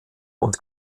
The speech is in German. und